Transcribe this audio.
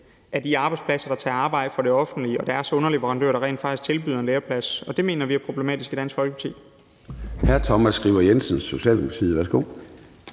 af de arbejdspladser, hvor man får arbejdsopgaver fra det offentlige, og deres underleverandører, der rent faktisk tilbyder en læreplads. Det mener vi i Dansk Folkeparti